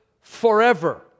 forever